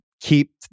keep